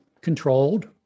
controlled